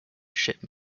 ship